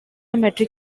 metric